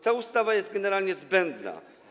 Ta ustawa jest generalnie zbędna.